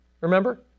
remember